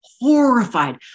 horrified